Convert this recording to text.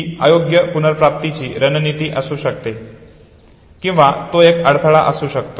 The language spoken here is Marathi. ती अयोग्य पुनरप्राप्तीची रणनिती असू शकते किंवा तो एक अडथळा असू शकतो